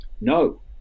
no